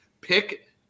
pick